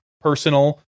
personal